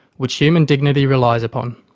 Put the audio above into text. which human dignity relies upon.